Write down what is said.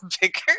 bigger